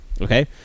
Okay